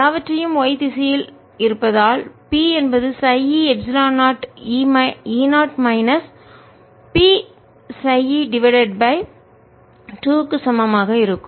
எல்லாவற்றையும் y திசையில் இருப்பதால் P என்பது χ e epsilon 0 E 0 minus P χ e divided by 2 க்கு சமமாக இருக்கும்